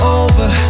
over